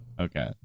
Okay